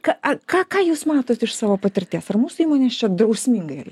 ka ką ką jūs matot iš savo patirties ir mūsų įmonės čia drausmingai